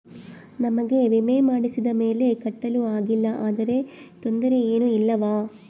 ನಮಗೆ ವಿಮೆ ಮಾಡಿಸಿದ ಮೇಲೆ ಕಟ್ಟಲು ಆಗಿಲ್ಲ ಆದರೆ ತೊಂದರೆ ಏನು ಇಲ್ಲವಾ?